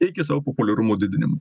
iki savo populiarumo didinimo